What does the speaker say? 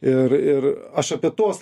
ir ir aš apie tuos